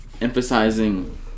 Emphasizing